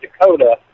dakota